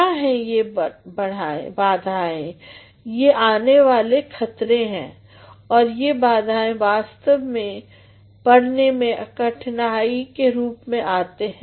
क्या है ये बढ़ाएं ये आने वाले खतरे हैं और ये बढ़ाएं वास्तव में पड़ने में कठिनाई के रूप में आते हैं